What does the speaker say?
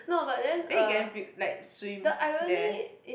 then you can feel like swim there